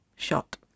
Shot